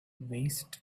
waste